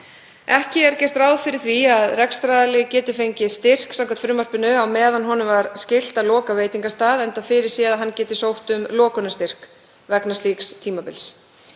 Ekki er gert ráð fyrir því að rekstraraðili geti fengið styrk samkvæmt frumvarpinu á meðan honum var skylt að loka veitingastað, enda fyrirséð að hann geti sótt um lokunarstyrk vegna slíks tímabils.